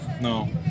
No